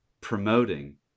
promoting